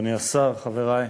אדוני השר, חברי,